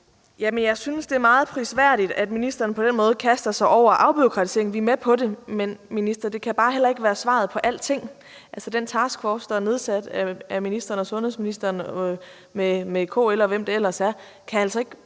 Jeg synes, det er meget prisværdigt, at ministeren på den måde kaster sig over afbureaukratiseringen. Vi er med på det, men det kan bare heller ikke være svaret på alting. Altså, den taskforce, der er nedsat af ministeren og sundhedsministeren med KL, og hvem det ellers er, er ikke